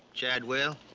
chadwell.